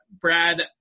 Brad